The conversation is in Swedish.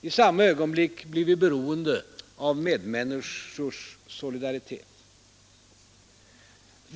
I samma ögonblick blir vi beroende av medmänniskors solidaritet.